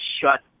shut